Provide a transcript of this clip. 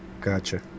Gotcha